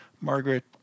Margaret